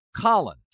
Colin